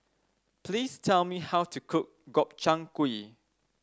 please tell me how to cook Gobchang Gui